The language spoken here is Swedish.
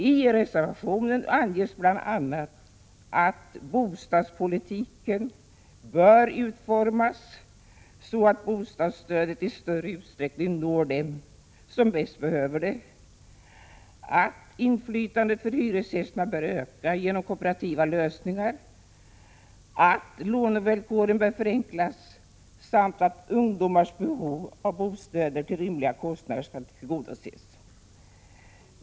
I reservationen anges bl.a. att bostadspolitiken bör utformas så att bostadsstödet i större utsträckning når dem som bäst behöver det, att inflytandet för hyresgästerna bör öka genom kooperativa lösningar, att lånevillkoren bör förenklas samt att ungdomarnas behov av bostäder till rimliga kostnader bör tillgodoses.